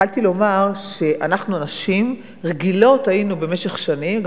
התחלתי לומר שאנחנו הנשים רגילות היינו במשך שנים,